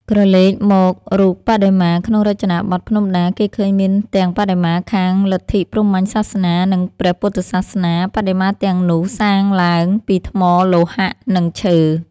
ក្រឡេកមករូបបដិមាក្នុងរចនាបថភ្នំដា គេឃើញមានទាំងបដិមាខាង លទ្ធិព្រហ្មញ្ញសាសនា និង ព្រះពុទ្ធសាសនា បដិមាទាំងនោះសាងឡើងពី ថ្ម លោហៈ និងឈើ។